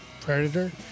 Predator